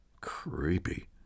Creepy